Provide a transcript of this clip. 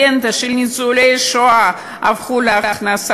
רנטה של ניצולי שואה הפכו להכנסה.